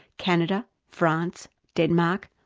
canada, france, denmark,